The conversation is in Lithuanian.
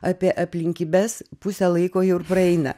apie aplinkybes pusė laiko jau ir praeina